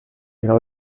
grau